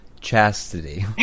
chastity